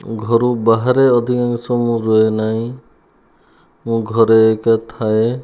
ଘରୁ ବାହାରେ ଅଧିକ ସମୟ ରହେନାହିଁ ମୁଁ ଘରେ ଏକା ଥାଏ